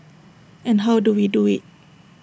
and how do we do IT